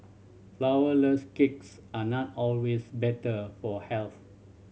flourless cakes are not always better for health